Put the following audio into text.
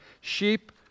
sheep